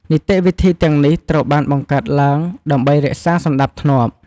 នីតិវិធីទាំងនេះត្រូវបានបង្កើតឡើងដើម្បីរក្សាសណ្តាប់ធ្នាប់។